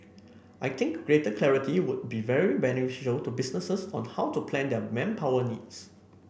I think greater clarity would be very beneficial to businesses on how to plan their manpower needs